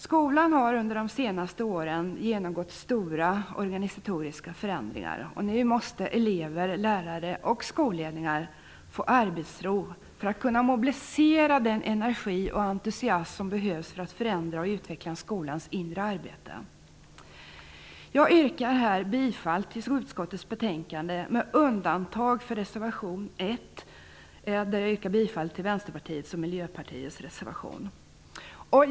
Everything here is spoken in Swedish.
Skolan har under de senaste åren genomgått stora organisatoriska förändringar. Nu måste elever, lärare och skolledningar få arbetsro för att kunna mobilisera den energi och entusiasm som behövs för att förändra skolans inre arbete. Jag yrkar bifall till hemställan i utbildningsutskottets betänkande utom med avseende på mom. 1 där jag yrkar bifall till reservation 1 från Vänsterpartiet och Miljöpartiet.